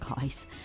guys